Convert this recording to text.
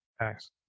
Nice